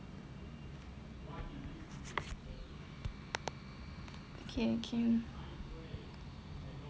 okay okay